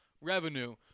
revenue